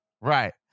Right